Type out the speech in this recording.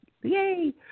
yay